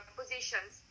positions